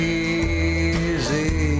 easy